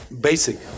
Basic